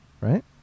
right